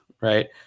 right